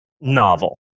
novel